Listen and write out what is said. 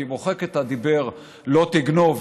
כי הוא מוחק את הדיבר "לא תגנוב",